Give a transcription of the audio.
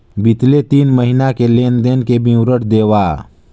बितले तीन महीना के लेन देन के विवरण देवा?